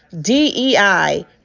DEI